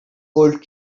old